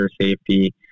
safety